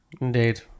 Indeed